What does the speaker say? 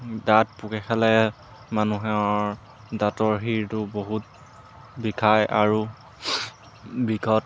দাঁত পোকে খালে মানুহৰ দাঁতৰ সিৰটো বহুত বিষায় আৰু বিষত